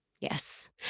Yes